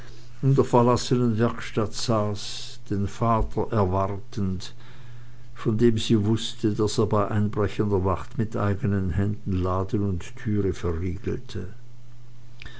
der verlassenen werkstatt saß den vater erwartend von dem sie wußte daß er bei einbrechender nacht mit eigenen händen laden und türe verriegelte